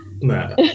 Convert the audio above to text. No